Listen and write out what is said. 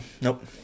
Nope